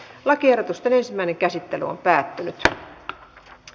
lakiehdotusten ensimmäinen käsittely päättyi